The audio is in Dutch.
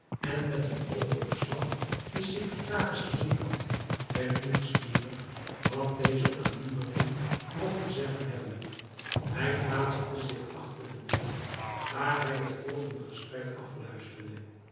en met een oogopslag den secretaris gezien had werd nieuwsgierig wat deze aan noureddin mogt te zeggen hebben hij plaatste zich achter de deur waar hij het volgende gesprek afluisterde